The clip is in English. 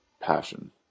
passion